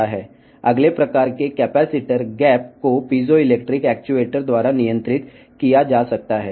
తదుపరి రకం కెపాసిటర్ గ్యాప్ను పిజోఎలెక్ట్రిక్ యాక్యుయేటర్ ద్వారా నియంత్రించవచ్చు